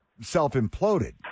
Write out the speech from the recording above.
self-imploded